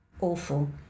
awful